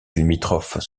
limitrophes